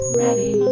ready